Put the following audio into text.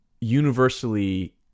universally